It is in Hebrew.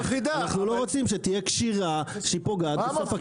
אנחנו לא רוצים שתהיה קשירה שפוגעת בספקים קטנים.